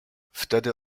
wtedy